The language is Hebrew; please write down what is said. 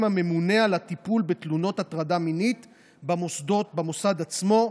הממונה על הטיפול בתלונות הטרדה מינית במוסד עצמו.